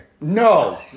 No